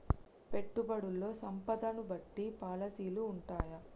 పెట్టుబడుల్లో సంపదను బట్టి పాలసీలు ఉంటయా?